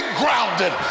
grounded